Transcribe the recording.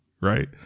right